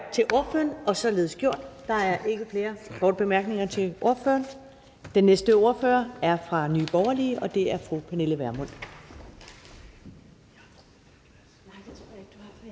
til ordføreren. Der er ikke flere korte bemærkninger til ordføreren. Den næste ordfører er fra Nye Borgerlige, og det er fru Pernille Vermund.